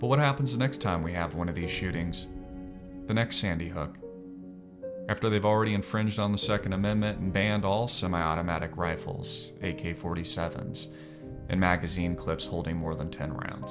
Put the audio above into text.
but what happens next time we have one of these shootings the next sandy hook after they've already infringed on the second amendment and banned all semiautomatic rifles a k forty seven and magazine clips holding more than ten round